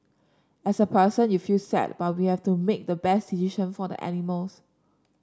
as a person you feel sad but we have to make the best decision for the animals